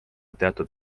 teatud